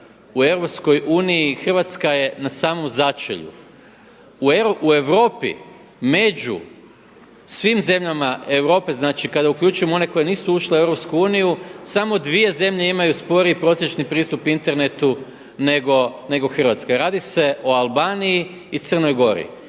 u EU Hrvatska je na samom začelju. U Europi među svim zemljama Europe, znači kada uključujemo one koji nisu ušle u EU, samo dvije zemlje imaju spori prosječni pristup internetu nego Hrvatska. Radi se o Albaniji i Crnoj Gori.